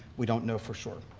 we don't know for sure.